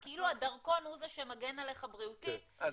האזרחים שיצאו למדינות האלה יחזרו ללא בדיקות.